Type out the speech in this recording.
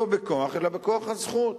לא בכוח, אלא בכוח הזכות.